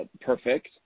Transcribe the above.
perfect